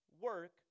work